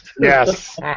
Yes